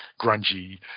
grungy